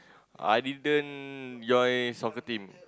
I didn't join soccer team